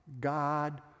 God